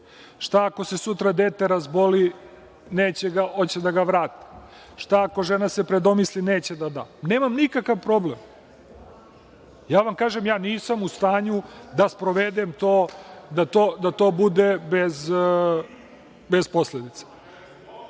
Šta ako se sutra dete razboli i hoće da ga vrate? Šta ako se žena predomisli i neće da da? Nemam nikakav problem. Ja vam kažem da nisam u stanju da sprovedem to da to bude bez posledica.